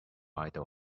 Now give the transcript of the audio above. idle